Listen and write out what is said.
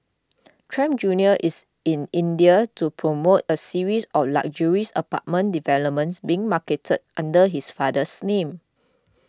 Trump Junior is in India to promote a series of luxuries apartment developments being marketed under his father's name